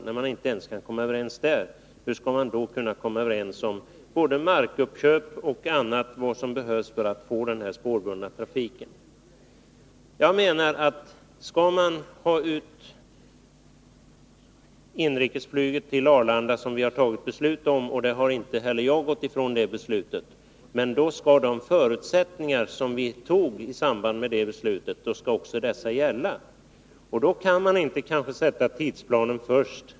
När man inte ens kan komma överens om detta, hur skall man då kunna komma överens om vare sig markuppköp eller annat som behövs för den spårbundna trafiken? Om inrikesflyget skall flyttas till Arlanda — som vi har fattat beslut om, ett beslut som inte heller jag gått ifrån — skall de förutsättningar som angavs i samband med det beslutet också gälla. Då kan man inte sätta tidsplanen först.